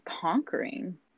conquering